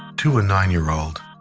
to a nine-year-old,